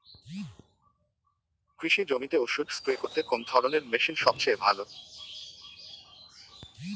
কৃষি জমিতে ওষুধ স্প্রে করতে কোন ধরণের মেশিন সবচেয়ে ভালো?